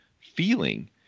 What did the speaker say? feeling